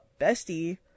Bestie